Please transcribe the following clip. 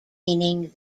meaning